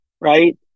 right